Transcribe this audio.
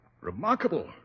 Remarkable